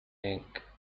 ink